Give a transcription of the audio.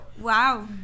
Wow